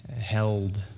held